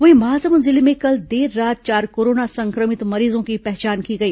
वहीं महासमुंद जिले में कल देर रात चार कोरोना संक्रमित मरीजों की पहचान की गई